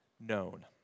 known